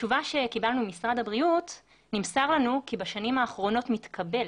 בתשובה שקיבלנו ממשרד הבריאות נמסר לנו כי בשנים האחרונות מתקבל,